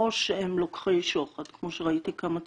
או שהם לוקחי שוחד, כמו שראיתי כמה ציטוטים,